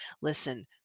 listen